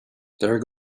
there